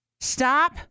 Stop